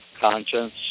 conscience